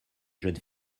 jeune